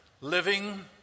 living